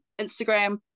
Instagram